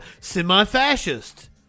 semi-fascist